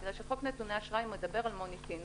בגלל שחוק נתוני אשראי מדבר על מוניטין,